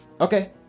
Okay